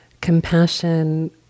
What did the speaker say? compassion